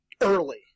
early